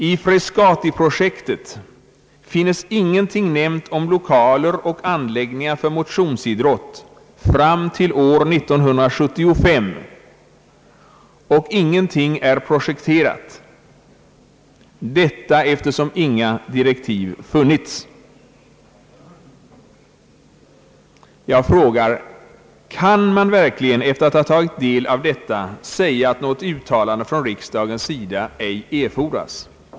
I frescatiprojektet finns ingenting nämnt om lokaler och anläggningar för motionsidrott fram till år 1975, och ingenting är projekterat eftersom inga direktiv funnits. Jag frågar: Kan man verkligen efter att ha tagit del av detta säga, att något uttalande från riksdagens sida ej erfordras?